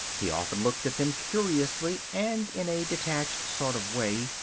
he often looked at them curiously and in a detached sort of way,